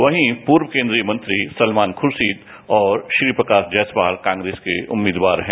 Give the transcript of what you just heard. वहीं पूर्व कंद्रीय मंत्री सलमान खुर्रीद और श्रीप्रकाश जायसवाल कांग्रेस के उम्मीदवार है